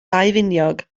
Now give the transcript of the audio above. daufiniog